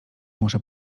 muszę